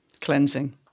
cleansing